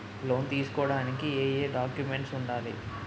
Loan తీసుకోడానికి ఏయే documents వుండాలి?